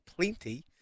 plenty